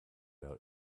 our